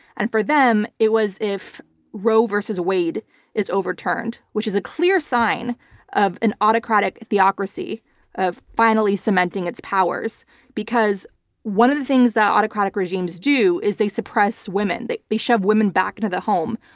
and for them it was if roe versus wade is overturned, which is a clear sign of an autocratic theocracy of finally cementing its powers because one of the things that autocratic regimes do is they suppress women. they they shove women back into the home.